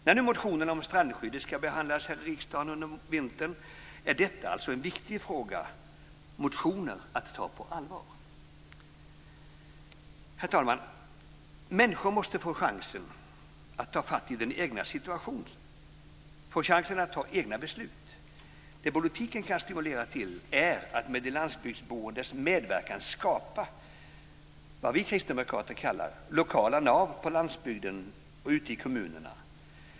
När nu motionerna om strandskyddet ska behandlas här i riksdagen under vintern är detta alltså en viktig fråga att ta på allvar. Herr talman! Människor måste få chansen att ta fatt i den egna situationen, att ta egna beslut. Det politiken kan stimulera till är att med de landsbygdsboendes medverkan skapa vad vi kristdemokrater kallar lokala nav på landsbygden och ute i kommunerna.